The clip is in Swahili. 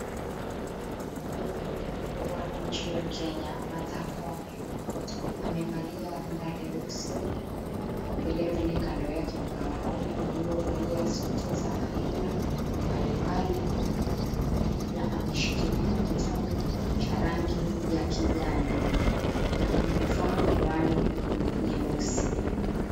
Jaji mkuu wa nchi ya Kenya, Martha Koome, amevalia rinda nyeusi. Vilevile kando yake kuna wanaume waliovalia suti za aina mbalimbali an ameshikilia kitabu cha rangi ya kijani na amevaa miwani nyeusi.